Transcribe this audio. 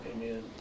Amen